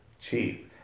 cheap